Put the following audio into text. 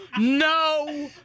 No